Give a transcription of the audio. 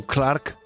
Clark